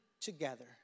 together